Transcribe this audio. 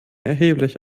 erheblich